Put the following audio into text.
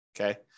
Okay